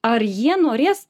ar jie norės